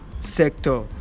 sector